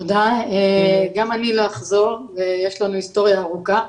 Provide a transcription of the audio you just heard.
גם אני לא אחזור, ויש לנו היסטוריה ארוכה,